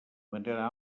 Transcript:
manera